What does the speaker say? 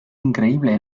increíble